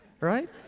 right